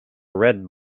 red